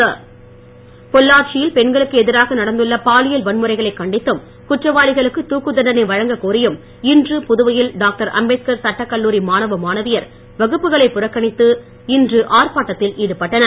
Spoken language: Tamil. மாணவர் போராட்டம் பொள்ளாச்சியில் பெண்களுக்கு எதிராக நடந்துள்ள பாலியல் வன்முறைகளை கண்டித்தும் குற்றவாளிகளுக்கு தூக்குதண்டனை வழங்க கோரியும் இன்று புதுவையில் டாக்டர் அம்பேத்கர் சட்டக்கல்லூரி மாணவ மாணவியர் வகுப்புகளை புறக்கணித்து இன்று ஆர்ப்பாட்டத்தில் ஈடுபட்டனர்